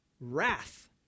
wrath